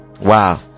Wow